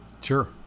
sure